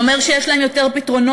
זה אומר שיש להם יותר פתרונות.